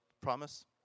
promise